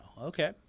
Okay